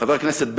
חבר הכנסת בנט,